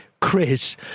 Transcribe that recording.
Chris